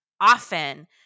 often